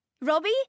Robbie